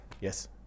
Yes